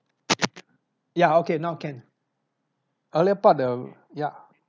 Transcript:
ya okay now can err I'll let out the ya